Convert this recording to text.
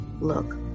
Look